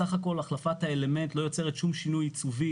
סך הכל החלפת האלמנט לא יוצרת שום שינוי עיצובי